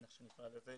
איך שנקרא לזה,